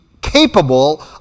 capable